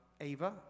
Ava